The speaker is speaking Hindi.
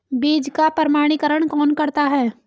बीज का प्रमाणीकरण कौन करता है?